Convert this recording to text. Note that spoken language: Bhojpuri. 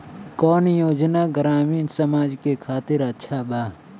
कौन योजना ग्रामीण समाज के खातिर अच्छा बा?